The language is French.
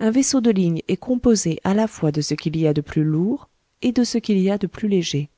un vaisseau de ligne est composé à la fois de ce qu'il y a de plus lourd et de ce qu'il y a de plus léger